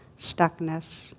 stuckness